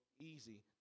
easy